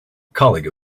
colleague